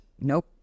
Nope